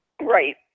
Right